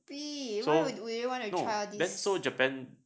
stupid why would would you wanna try all these